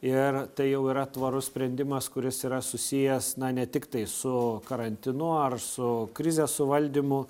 ir tai jau yra tvarus sprendimas kuris yra susijęs ne tiktai su karantinu ar su krizės suvaldymu